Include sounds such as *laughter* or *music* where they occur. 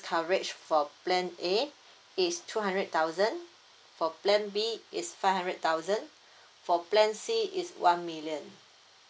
coverage for plan A *breath* it's two hundred thousand for plan B it's five hundred thousand *breath* for plan C it's one million